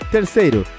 Terceiro